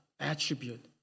Attribute